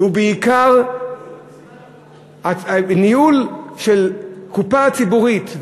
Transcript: ובעיקר ניהול של קופה ציבורית,